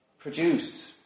produced